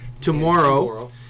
tomorrow